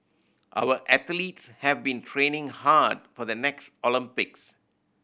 our athletes have been training hard for the next Olympics